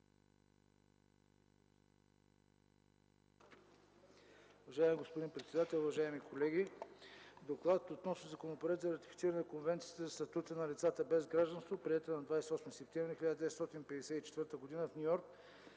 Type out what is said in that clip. Уважаеми господин председател, уважаеми колеги! „ДОКЛАД относно Законопроект за ратифициране на Конвенцията за статута на лицата без гражданство, приета на 28 септември 1954 г. в Ню Йорк,